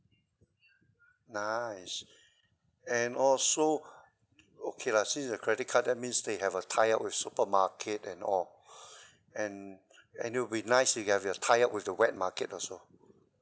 nice and also okay lah since you have credit card that means they have a tie up with supermarket and all and and it will be nice you get to tie up with the wet market also